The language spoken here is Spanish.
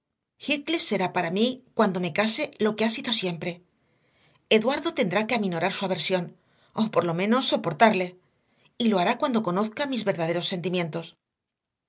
heathcliff será para mí cuando me case lo que ha sido siempre eduardo tendrá que aminorar su aversión o por lo menos soportarle y lo hará cuando conozca mis verdaderos